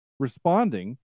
responding